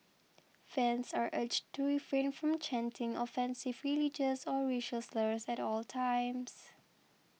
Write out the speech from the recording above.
fans are urged to refrain from chanting offensive religious or racial slurs at all times